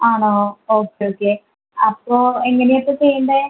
ആണോ okay okay അപ്പോൾ എങ്ങനെയാണ് ഇപ്പോൾ ചെയ്യേണ്ടത്